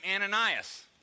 Ananias